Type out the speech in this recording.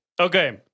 okay